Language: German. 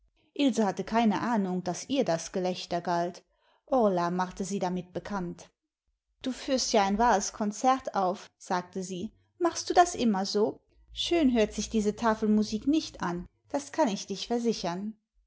hatte keine ahnung daß ihr das gelächter galt orla machte sie damit bekannt du führst ja ein wahres konzert auf sagte sie machst du das immer so schön hört sich diese tafelmusik nicht an das kann ich dich versichern